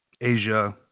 Asia